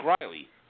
Riley